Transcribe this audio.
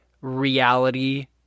reality